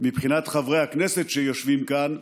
מבחינת חברי הכנסת שיושבים כאן,